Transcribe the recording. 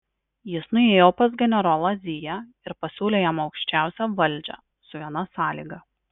jis nuėjo pas generolą ziją ir pasiūlė jam aukščiausią valdžią su viena sąlyga